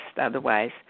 otherwise